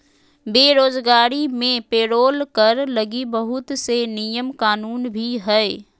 बेरोजगारी मे पेरोल कर लगी बहुत से नियम कानून भी हय